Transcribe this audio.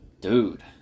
Dude